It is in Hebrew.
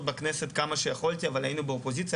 בכנסת ככל יכולתי אבל היינו באופוזיציה,